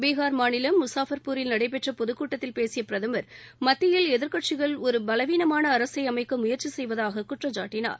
பீஹார் மாநிலம் முஸாஃபர்பூரில் நடைபெற்ற பொதுக் கூட்டத்தில் பேசிய பிரதமர் மத்தியில் எதிர்க்கட்சிகள் ஒரு பலவீனமான அரசை அமைக்க முயற்சி செய்வதாக குற்றம் சாட்டினார்